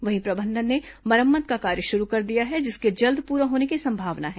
वहीं प्रबंधन ने मरम्मत का कार्य शुरू कर दिया है जिसके जल्द पूरा होने की संभावना है